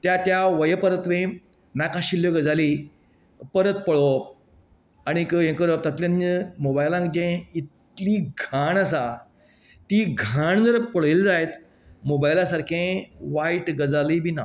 त्या त्या वये परतवे नाकाशिल्ल्यो गजाली परत पळोवप आनीक हे करप तातल्यान मोबायलान जे इतली घाण आसा ती घाण जर पळयली जायत मोबायलां सारकें वायट गजालय बी ना